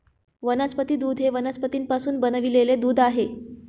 वनस्पती दूध हे वनस्पतींपासून बनविलेले दूध आहे